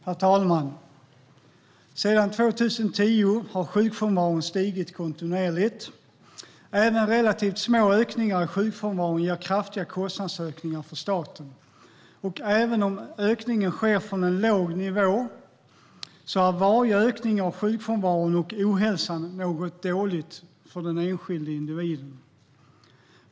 Herr talman! Sedan 2010 har sjukfrånvaron stigit kontinuerligt. Även relativt små ökningar av sjukfrånvaron ger kraftiga kostnadsökningar för staten. Även om ökningen sker från en låg nivå är varje ökning av sjukfrånvaron och ohälsan något dåligt för den enskilde individen.